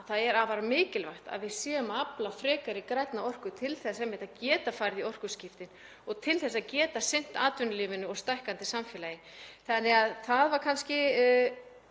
það er afar mikilvægt að við séum að afla frekari grænnar orku til þess að geta farið í orkuskipti og sinnt atvinnulífinu og stækkandi samfélagi. Það var kannski